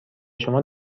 شما